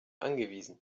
angewiesen